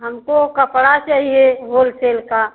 हमको कपड़ा चाहिए होलसेल का